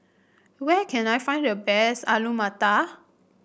where can I find the best Alu Matar